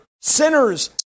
sinners